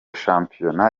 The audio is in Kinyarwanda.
shampiyona